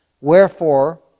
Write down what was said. Wherefore